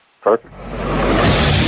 perfect